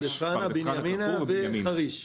פרדס חנה-כרכור ובנימינה,